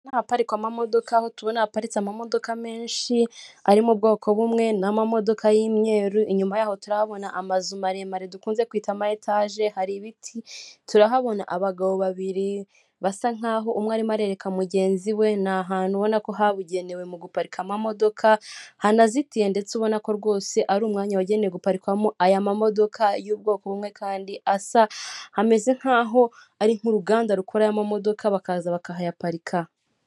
Aha ni ahaparikwa amamodoka aho tubona haparitse amamodoka menshi ari mu bwoko bumwe ,n'amamodoka y'imyeru ,inyuma yaho turabona amazu maremare dukunze kwita muri etage ,hari ibiti turahabona abagabo babiri basa nkaho umwe arimo arerereka mugenzi we ,ni ahantu ubona ko habugenewe mu guparika amamodoka hanazitiye ndetse ubona ko rwose ari umwanya wagenewe guparikwamo aya ma modoka y'ubwoko bumwe kandi asa ,ameze nk'aho ari nk'uruganda rukora amamodoka bakaza bakayaparika.